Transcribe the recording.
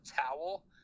towel